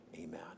amen